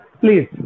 please